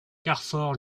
carfor